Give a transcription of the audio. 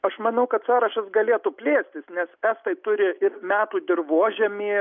aš manau kad sąrašas galėtų plėstis nes estai turi ir metų dirvožemį